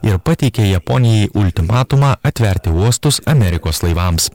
ir pateikė japonijai ultimatumą atverti uostus amerikos laivams